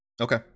Okay